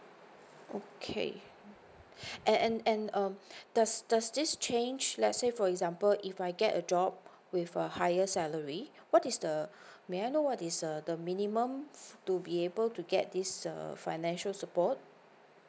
okay and and um does does does this change let's say for example if I get a job with a higher salary what is the may I know what is the minimum to be able to get this uh financial support